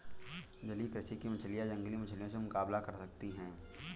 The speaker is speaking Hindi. जलीय कृषि की मछलियां जंगली मछलियों से मुकाबला कर सकती हैं